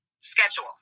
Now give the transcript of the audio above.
schedule